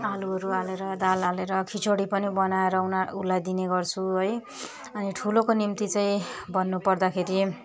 आलुहरू हालेर दाल हालेेर खिचडी पनि बनाएर उना उसलाई दिने गर्छु है अनि ठुलोको निम्ति चाहिँ भन्नु पर्दाखेरि